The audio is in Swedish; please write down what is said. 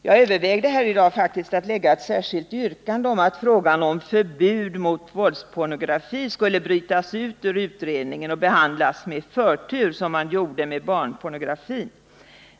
; Jag övervägde i dag att framställa ett särskilt yrkande om att frågan om förbud mot våldspornografi skulle brytas ut ur utredningen och behandlas med förtur, som skedde med frågan om barnpornografin.